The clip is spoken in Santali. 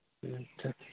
ᱟᱪᱪᱷᱟ